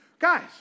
Guys